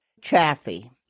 Chaffee